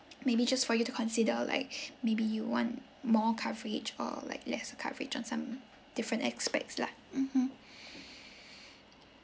maybe just for you to consider like maybe you want more coverage or like lesser coverage on some different aspects lah mmhmm